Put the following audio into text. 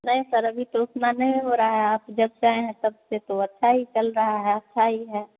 नहीं सर अभी तो उतना नहीं हो रहा है आप जब से आएँ हैं तब से तो अच्छा ही चल रहा है अच्छा ही है